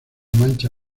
mancha